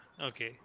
Okay